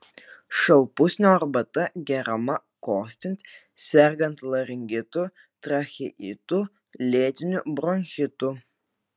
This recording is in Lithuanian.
šalpusnio arbata geriama kosint sergant laringitu tracheitu lėtiniu bronchitu